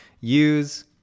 Use